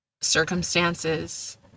circumstances